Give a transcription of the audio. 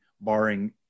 barring